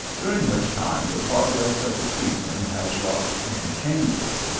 during which time the progress of the season has wrought many changes.